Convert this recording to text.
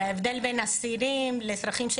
וההבדל בין אסירים לאזרחים,